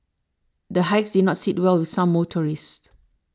the hikes did not sit well with some motorists